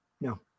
no